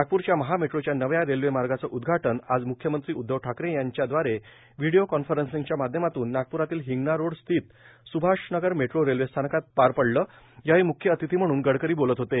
नागपूरच्या महा मेट्रोच्या नव्या रेल्वे मार्गाचं उद्वाटन आज मुख्यमंत्री उद्धव ठाकरे यांच्या द्वारे व्हिडियो कॉन्फरन्सिंगच्या माध्यमातून नागपूरातील हिंगणा रोड स्थित सुभाष नगर मेट्रो रेल्वेस्थानकात पार पडलं त्यावेळी मुख्य अतिथी म्हणून गडकरी बोलत होते